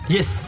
Yes